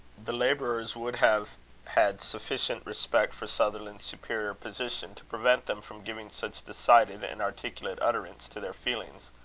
the labourers would have had sufficient respect for sutherland's superior position, to prevent them from giving such decided and articulate utterance to their feelings.